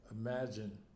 imagine